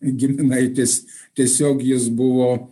giminaitis tiesiog jis buvo